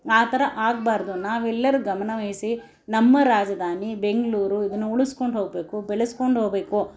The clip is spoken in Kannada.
ಆ ಥರ ಆಗಬಾರ್ದು ನಾವೆಲ್ಲರೂ ಗಮನ ವಹಿಸಿ ನಮ್ಮ ರಾಜಧಾನಿ ಬೆಂಗಳೂರು ಇದನ್ನು ಉಳ್ಸ್ಕೊಂಡು ಹೋಗಬೇಕು ಬೆಳೆಸಿಕೊಂಡು ಹೋಗಬೇಕು